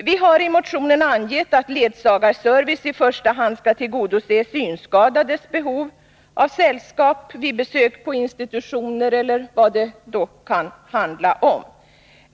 Vi har i motionen angett att ledsagarservice i första hand skall tillgodose synskadades behov av sällskap vid besök på institutioner eller vad det kan handla om.